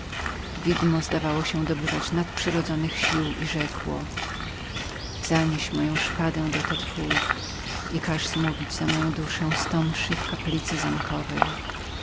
widmo zdawało się dobywać nadprzyrodzonych sił i rzekło zanieś moją szpadę do tte foulque i każ zmówić za moją duszę sto mszy w kaplicy zamkowej